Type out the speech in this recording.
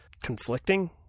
conflicting